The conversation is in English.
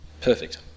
perfect